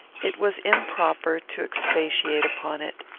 it was improper to expatiate upon it.